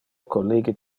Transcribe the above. collige